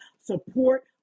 support